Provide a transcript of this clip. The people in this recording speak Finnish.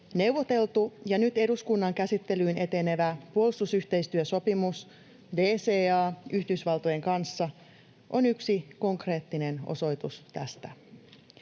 Neuvoteltu ja nyt eduskunnan käsittelyyn etenevä puolustusyhteistyösopimus, DCA, Yhdysvaltojen kanssa on yksi konkreettinen osoitus tästä.